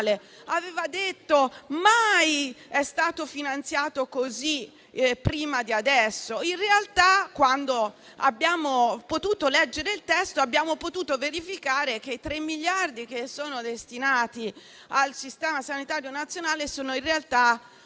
ha detto che esso mai è stato finanziato così prima di adesso. In realtà, quando abbiamo potuto leggere il testo, abbiamo potuto verificare che i tre miliardi destinati al sistema sanitario nazionale sono, in realtà,